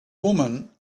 woman